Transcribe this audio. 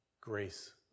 grace